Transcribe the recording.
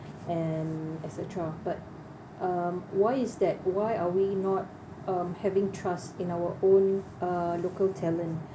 and etcetera um why is that why are we not um having trust in our own uh local talent